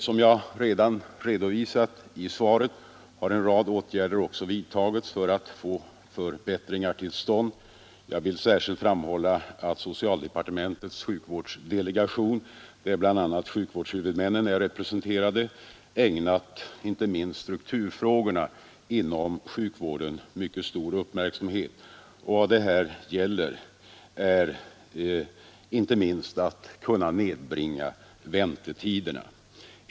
Som jag redan redovisat i svaret har en rad åtgärder också vidtagits för att man skall få förbättringar till stånd. Jag vill särskilt framhålla att socialdepartementets sjukvårdsdelegation, där bl.a. sjukvårdshuvudmännen är representerade, ägnat särskilt strukturfrågorna inom sjukvården mycket stor uppmärksamhet. Vad det här gäller är inte minst att kunna nedbringa väntetiderna.